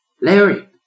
Larry